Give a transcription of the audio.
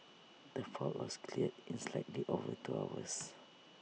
the fault was cleared in slightly over two hours